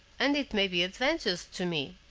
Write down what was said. and it may be advantageous to me.